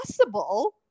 possible